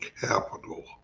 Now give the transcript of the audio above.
capital